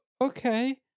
okay